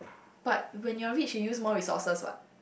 but when you're rich you use more resources what